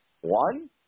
One